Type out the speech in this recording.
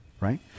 Right